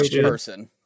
person